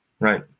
Right